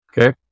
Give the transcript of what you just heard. Okay